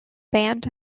band